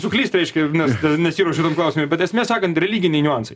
suklyst reiškia nes nesiruošiau tam klausimui bet esmė sakant religiniai niuansai